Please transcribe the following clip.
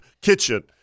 kitchen